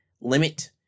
limit